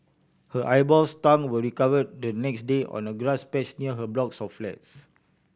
her eyeballs tongue were recovered the next day on a grass patch near her blocks of flats